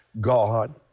God